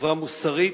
חברה מוסרית,